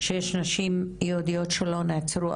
נכון שיש נשים יהודיות שלא נעצרו,